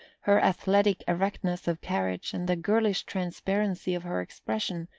her athletic erectness of carriage, and the girlish transparency of her expression,